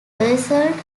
assault